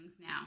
now